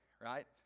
right